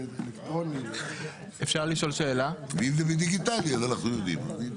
ואם זה בדיגיטלי אז אנחנו יודעים.